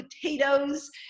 potatoes